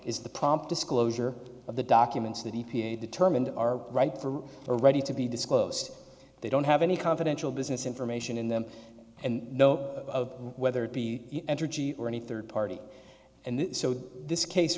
is the prompt disclosure of the documents that e p a determined are right for are ready to be disclosed they don't have any confidential business information in them and no of whether it be energy or any third party and so this case